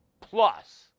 plus